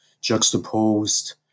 juxtaposed